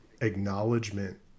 acknowledgement